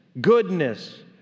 goodness